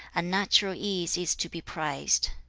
a natural ease is to be prized.